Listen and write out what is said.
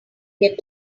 get